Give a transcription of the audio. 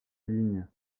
ligne